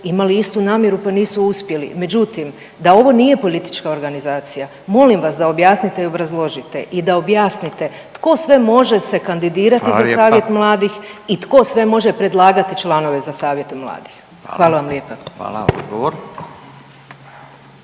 imali istu namjeru pa nisu uspjeli. Međutim, da ovo nije politička organizacija molim vas da objasnite i obrazložite i da objasnite tko sve može se kandidirati za Savjet mladih … …/Upadica Radin: Hvala lijepa./… … i tko sve može predlagati članove za Savjete mladih? Hvala vam lijepa. **Radin,